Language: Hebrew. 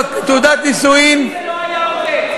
תעודת נישואים, בזמני זה לא היה עובר.